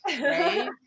right